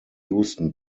houston